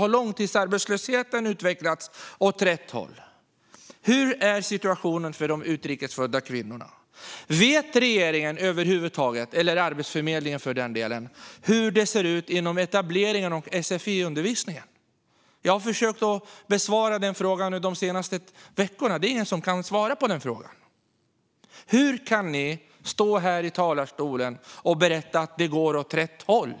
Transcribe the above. Har långtidsarbetslösheten utvecklats åt rätt håll? Hur är situationen för de utrikes födda kvinnorna? Vet regeringen - eller Arbetsförmedlingen, för den delen - över huvud taget hur det ser ut inom etableringen av sfi-undervisningen? Jag har försökt att få svar på den frågan de senaste veckorna, men det är ingen som kan svara på den. Hur kan ni stå här i talarstolen och berätta att det går åt rätt håll?